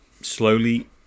slowly